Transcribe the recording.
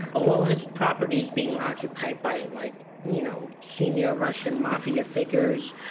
all his properties being occupied by and like you know senior russian mafia figures,